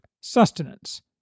sustenance